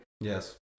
yes